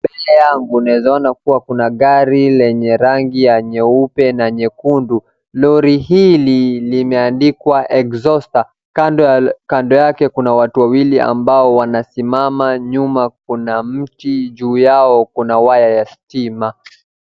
Mbele yangu naeza ona kuna gari lenye rangi ya nyeupe na nyekundu, Lori hili limeandikwa exhauster kando yake kuna watu wawili ambao wanasimama, nyuma kuna mti na juu yao kuna waya ya stima.